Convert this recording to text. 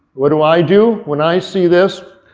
what do i do when i see this,